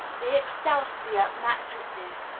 the excelsior mattresses,